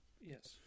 Yes